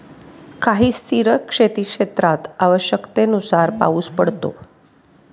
काही स्थिर शेतीक्षेत्रात आवश्यकतेनुसार पाऊस पडतो